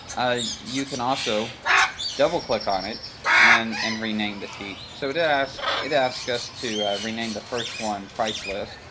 you can also double click on it and and rename the sheet. so it asked it asked us to rename the first one, price list.